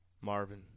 Marvin